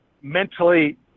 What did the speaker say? mentally